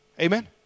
Amen